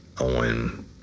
on